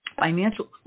financial